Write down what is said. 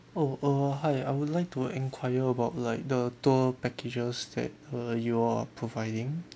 oh uh hi I would like to enquire about like the tour packages that uh you are providing